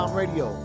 radio